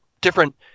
different